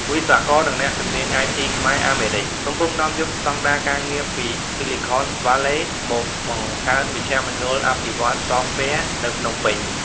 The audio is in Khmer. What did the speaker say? វិស្វករ និងអ្នកជំនាញ IT ខ្មែរ-អាមេរិក កំពុងនាំយកស្ដង់ដារការងារពី Silicon Valley មកបង្កើតមជ្ឈមណ្ឌលអភិវឌ្ឍន៍សូហ្វវែរ នៅភ្នំពេញ។